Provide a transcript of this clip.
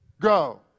go